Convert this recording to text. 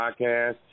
Podcast